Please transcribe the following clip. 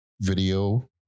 video